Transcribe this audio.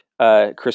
Chris